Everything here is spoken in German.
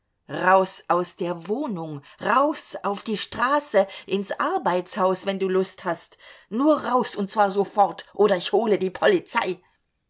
raus aus der wohnung raus auf die straße ins arbeitshaus wenn du lust hast nur raus und zwar sofort oder ich hole die polizei